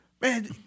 man